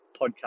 podcast